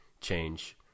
change